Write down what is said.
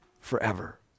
forever